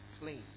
Clean